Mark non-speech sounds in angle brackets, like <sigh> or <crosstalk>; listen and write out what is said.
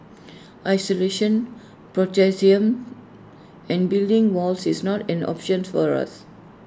isolation <unintelligible> and building walls is not an option for us